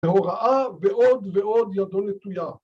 ‫בהוראה, ועוד ועוד ידו נטויה.